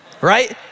right